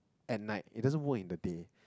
at night he doesn't work in the day